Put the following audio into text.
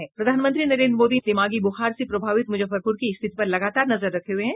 प्रधानमंत्री नरेंद्र मोदी बिहार में दिमागी बुखार से प्रभावित मुजफ्फरपुर की स्थिति पर लगातार नजर रखे हुए हैं